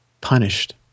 punished